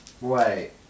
Wait